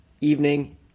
evening